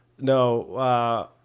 No